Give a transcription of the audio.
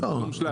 לא,